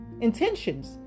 intentions